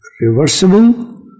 reversible